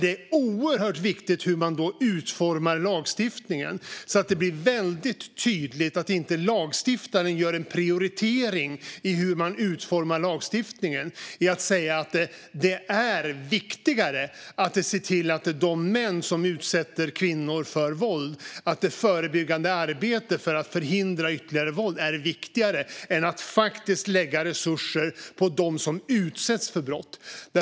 Det är oerhört viktigt hur man utformar lagstiftningen, så att det blir väldigt tydligt att inte lagstiftaren gör prioriteringen att det förebyggande arbetet för att förhindra att män utsätter kvinnor för ytterligare våld är viktigare än att lägga resurser på dem som utsätts för brott.